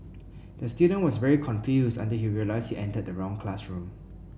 the student was very confused until he realised he entered the wrong classroom